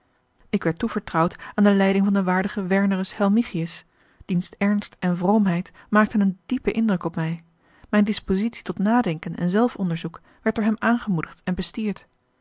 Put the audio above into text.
ik werd toevertrouwd aan de leiding van den waardigen wernerus helmichius diens ernst en vroomheid maakten een diepen indruk op mij mijne dispositie tot nadenken en zelf onderzoek werd door hem aangemoedigd en bestierd